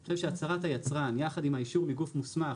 אני חושב שהצהרת היצרן ביחד עם האישור מגוף מוסמך